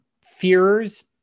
fearers